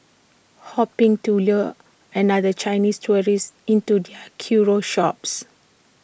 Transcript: hoping to lure another Chinese tourist into their curio shops